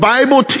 Bible